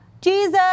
Jesus